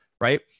right